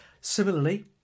Similarly